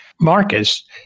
Marcus